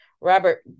Robert